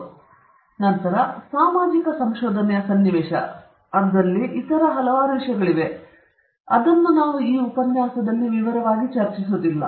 ತದನಂತರ ಸಾಮಾಜಿಕ ಸಂಶೋಧನೆಯ ಸನ್ನಿವೇಶದಲ್ಲಿ ಹಲವಾರು ಇತರ ವಿಷಯಗಳಿವೆ ಈ ಉಪನ್ಯಾಸದಲ್ಲಿ ನಾವು ವಿವರವಾಗಿ ಚರ್ಚಿಸುತ್ತಿಲ್ಲ